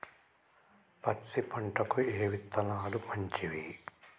పత్తి పంటకి ఏ విత్తనాలు మంచివి?